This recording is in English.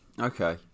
Okay